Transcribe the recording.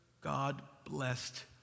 God-blessed